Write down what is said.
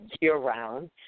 year-round